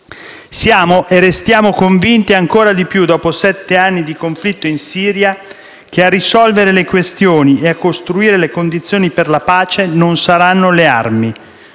Siamo e restiamo convinti, ancora di più dopo sette anni di conflitto in Siria, che a risolvere le questioni e a costruire le condizioni per la pace non saranno le armi.